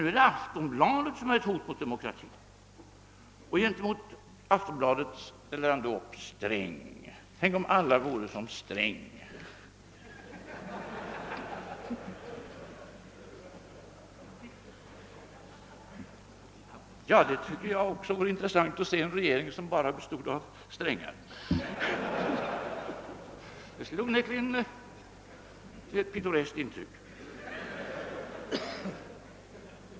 Nu är Aftonbladet ett hot mot demokratin, och gentemot Aftonbladet ställer han upp Sträng: Tänk om alla vore som Sträng! Ja, också jag tycker att det skulle vara intressant att se en regering som bara bestod av Strängar. Den skulle onekligen göra ett pittoreskt intryck.